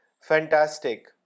Fantastic